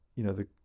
you know, the